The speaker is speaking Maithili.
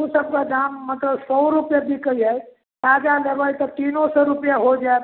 ओसबके दाम मतलब सओ रुपैए बिकै हइ ताजा लेबै तऽ तीनो सओ रुपैए हो जाएत